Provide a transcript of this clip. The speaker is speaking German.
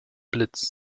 blitz